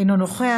אינו נוכח,